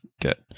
get